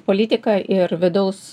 politiką ir vidaus